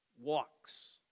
walks